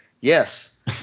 Yes